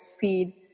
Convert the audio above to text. feed